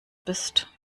bist